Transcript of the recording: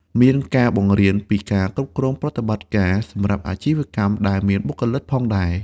មានការបង្រៀនពីការគ្រប់គ្រងប្រតិបត្តិការ សម្រាប់អាជីវកម្មដែលមានបុគ្គលិកផងដែរ។